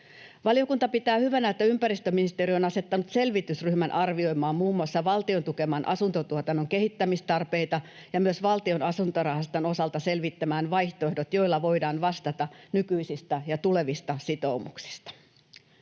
Valiokunta pitää hyvänä, että ympäristöministeriö on asettanut selvitysryhmän arvioimaan muun muassa valtion tukeman asuntotuotannon kehittämistarpeita ja myös Valtion asuntorahaston osalta selvittämään vaihtoehdot, joilla voidaan vastata nykyisistä ja tulevista sitoumuksista.